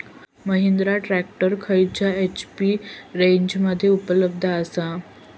Mahindra tractor खयल्या HP रेंजमध्ये उपलब्ध आसा?